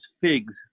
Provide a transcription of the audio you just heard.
figs